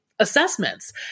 Assessments